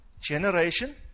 generation